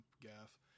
Gaff